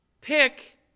pick